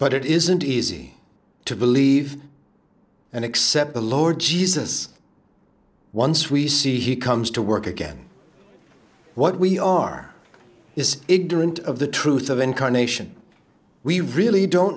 but it isn't easy to believe and accept the lord jesus once we see he comes to work again what we are is ignorant of the truth of incarnation we really don't